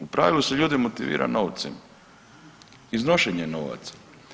U pravilu se ljude motivira novcem, iznošenjem novaca.